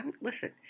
listen